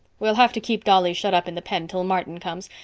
we'll have to keep dolly shut up in the pen till martin comes,